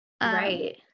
Right